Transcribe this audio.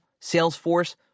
Salesforce